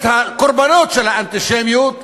האיש הזה מבזה את הקורבנות של האנטישמיות,